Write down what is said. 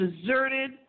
deserted